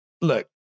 look